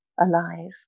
alive